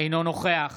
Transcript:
אינו נוכח